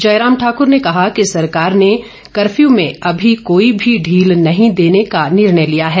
जयराम ठाकर ने कहा कि सरकार ने कफर्यू में अभी कोई भी ढील नहीं देने का निर्णय किया है